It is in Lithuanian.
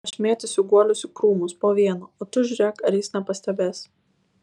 aš mėtysiu guolius į krūmus po vieną o tu žiūrėk ar jis nepastebės